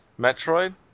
Metroid